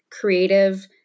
creative